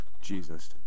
Jesus